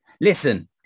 listen